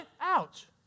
ouch